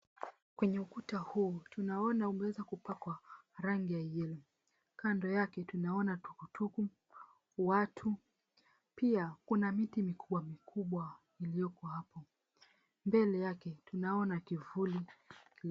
Kwenye ukuta huu tunaona umeweza kupakwa rangi ya yellow. Kando yake tunaona tukutuku watu. Pia kuna miti mikubwa mikubwa iliyoko hapo. Mbele yake tunaona kivuli.